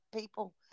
people